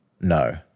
No